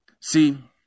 See